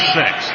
six